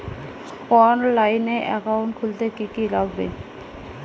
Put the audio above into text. অনলাইনে একাউন্ট খুলতে কি কি লাগবে?